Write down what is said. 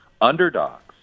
Underdogs